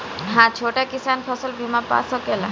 हा छोटा किसान फसल बीमा पा सकेला?